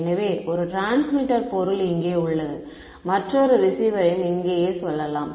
எனவே ஒரு டிரான்ஸ்மிட்டர் பொருள் இங்கே உள்ளது மற்றொரு ரிசீவரையும் இங்கேயே சொல்லலாம்